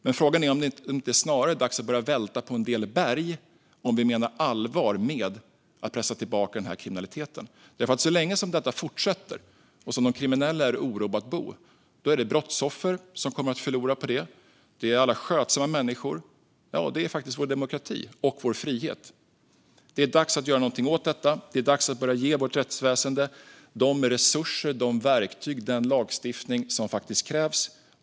Men frågan är om det inte snarare är dags att börja välta en del berg om vi nu menar allvar med att pressa tillbaka kriminaliteten, för så länge som detta fortsätter och de kriminella sitter i orubbat bo är det brottsoffren som förlorar. Det är alla skötsamma människor och faktiskt vår demokrati och frihet som förlorar. Det är dags att göra någonting åt detta och dags att börja ge vårt rättsväsen de resurser, de verktyg och den lagstiftning som faktiskt krävs.